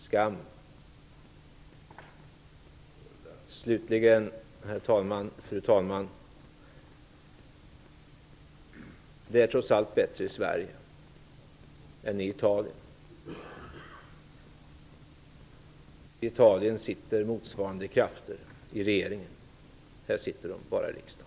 frågar Ian Wachtmeister. Slutligen, fru talman! Vi har det trots allt bättre i Sverige än i Italien, där motsvarande krafter sitter i regeringen. Här sitter de bara i riksdagen.